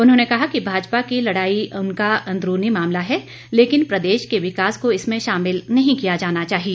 उन्होंने कहा कि भाजपा की लड़ाई उनका अंदरूनी मामला है लेकिन प्रदेश के विकास को इसमें शामिल नहीं किया जाना चाहिए